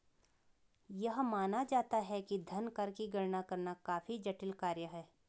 यह माना जाता है कि धन कर की गणना करना काफी जटिल कार्य है